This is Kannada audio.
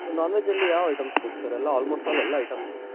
ನಾನ್ ವೆಜ್ಜಲ್ಲಿ ಯಾವ ಐಟಮ್ಸ್ ಬೇಕು ಸರ್ ಎಲ್ಲ ಆಲ್ಮೋಸ್ಟ್ ಆಲ್ ಎಲ್ಲ ಐಟಮ್ಸ್ ಇದೆ